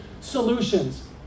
solutions